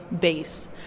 base